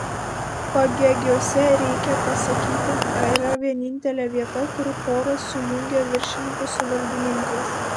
pagėgiuose reikia pasakyti yra vienintelė vieta kur choras sujungia viršininkus su valdininkais